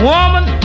Woman